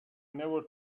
never